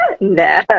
no